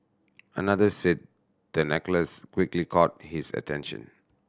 another said the necklace quickly caught his attention